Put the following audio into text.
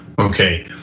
okay.